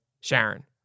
Sharon